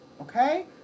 Okay